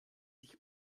sich